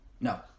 No